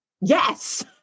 Yes